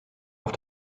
auf